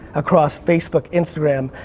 across facebook, instagram,